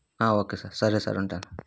okay sir సరే sir ఉంటాను